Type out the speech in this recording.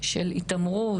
של התעמרות,